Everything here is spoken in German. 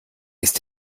ist